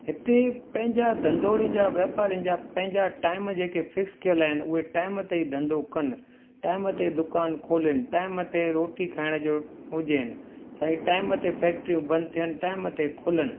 हिते पंहिंजा धंधोड़ियुनि जा वापारियुनि जा पंहिंजा टाइम जेके फिक्स कयलु आहिनि उहे टाइम ते धंधो कनि टाइम ते दुकानु खोलीनि टाइम ते रोटी खाइण जो हुजे सही टाइम ते फ़ैक्ट्रियूं बंदि थियनि टाइम ते खुलनि